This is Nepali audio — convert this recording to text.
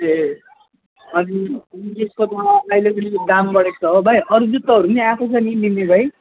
ए अनि त अहिले अलिकति दाम बढेको छ हो भाइ अरू जुत्ताहरू पनि आएको छ नि लिने भए